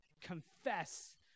confess